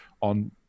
on